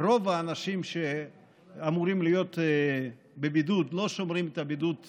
האנשים שאמורים להיות בבידוד לא שומרים את הבידוד כנדרש,